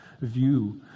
view